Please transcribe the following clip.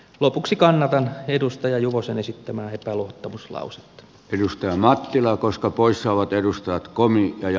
lopuksi kannatan edustaja juvosen esittämää epäluottamuslausetta yhteen maatilaan koska poissaolot edustajat komiikka ja